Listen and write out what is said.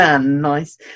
nice